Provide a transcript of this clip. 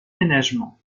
ménagement